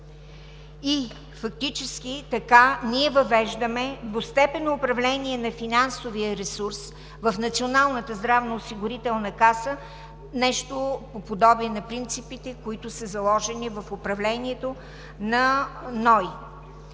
Фактически така ние въвеждаме двустепенно управление на финансовия ресурс в Националната здравноосигурителна каса, нещо по подобие на принципите, които са заложени в управлението на